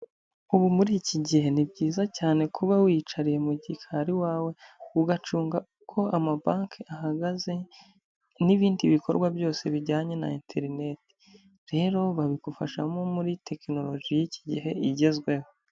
Ubu muri iki gihe ni byiza cyane kuba wiyicariye mu gikari iwawe, ugacunga uko amabanki ahagaze n'ibindi bikorwa byose bijyanye na interinete, rero babigufashamo muri tekinoroji y'iki gihe igezweho.